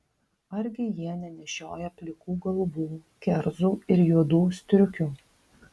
argi jie nenešioja plikų galvų kerzų ir juodų striukių